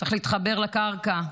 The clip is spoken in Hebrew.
צריך להתחבר לקרקע,